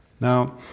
Now